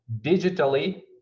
digitally